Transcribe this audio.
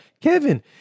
Kevin